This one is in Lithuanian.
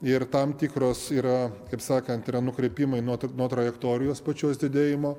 ir tam tikros yra kaip sakant yra nukrypimai nuo tad nuo trajektorijos pačios didėjimo